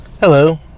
Hello